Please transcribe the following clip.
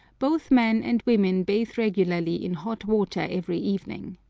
both men and women bathe regularly in hot water every evening.